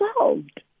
solved